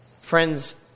Friends